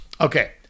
Okay